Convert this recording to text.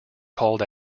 called